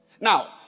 Now